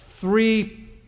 three